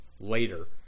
later